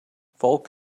folk